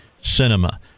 Cinema